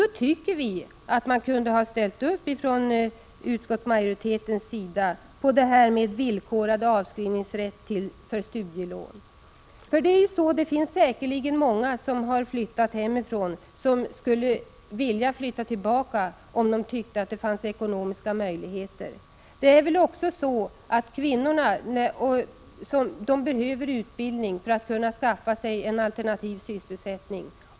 Vi tycker att utskottsmajoriteten kunde ha ställt sig bakom en villkorad rätt till avskrivning av studielån. Säkerligen skulle många som har flyttat hemifrån vilja flytta tillbaka om det funnes ekonomiska möjligheter till detta. Kvinnorna behöver också utbildning för att kunna skaffa sig en alternativ sysselsättning.